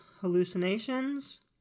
hallucinations